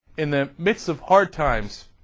in that bits of hard times